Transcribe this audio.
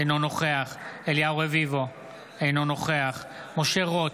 אינו נוכח אליהו רביבו, אינו נוכח משה רוט,